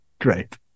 Great